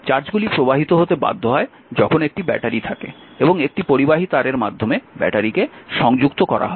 চার্জগুলি প্রবাহিত হতে বাধ্য হয় যখন একটি ব্যাটারি থাকে এবং একটি পরিবাহী তারের মাধ্যমে ব্যাটারিকে সংযুক্ত করা হয়